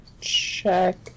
check